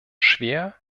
schwer